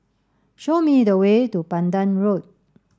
show me the way to Pandan Road